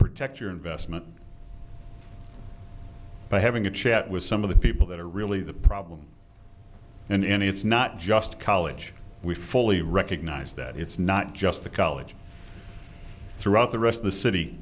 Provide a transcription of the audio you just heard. protect your investment by having a chat with some of the people that are really the problem and it's not just college we fully recognize that it's not just the college throughout the rest of the city